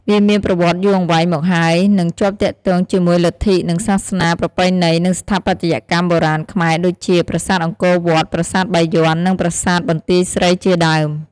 វាមានប្រវត្តិយូរអង្វែងមកហើយ និងជាប់ទាក់ទងជាមួយលទ្ធិនឹងសាសនា ប្រពៃណី និងស្ថាបត្យកម្មបុរាណខ្មែរដូចជា ប្រាសាទអង្គរវត្ត ប្រាសាទបាយ័ន និងប្រាសាទបន្ទាយស្រី ជាដើម។